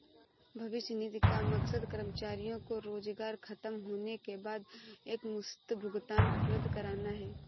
भविष्य निधि का मकसद कर्मचारियों को रोजगार ख़तम होने के बाद एकमुश्त भुगतान उपलब्ध कराना है